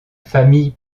famille